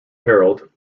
herald